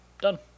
Done